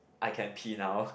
I can pee now